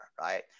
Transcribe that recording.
right